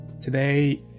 today